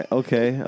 okay